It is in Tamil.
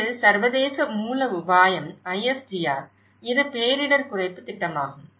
இது சர்வதேச மூல உபாயம் ISDR இது பேரிடர் குறைப்பு திட்டமாகும்